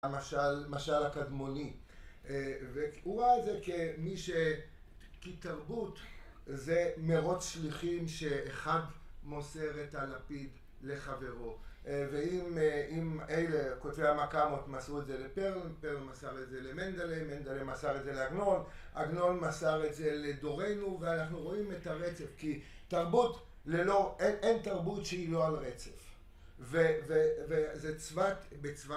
המשל משל הקדמוני והוא ראה את זה כמי שהתערבות זה מירוץ שליחים שאחד מוסר את הלפיד לחברו ואם אם אלה כותבי המקאמות מסרו את זה לפרל, פרל מסר את זה למנדלי מנדלי מסר את זה לעגנון, עגנון מסר את זה לדורנו ואנחנו רואים את הרצף כי תרבות ללא אין תרבות שהיא לא על רצף וזה צבת, בצבת...